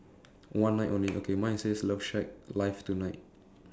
one night only okay mine says love shack live tonight